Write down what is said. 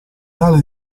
tale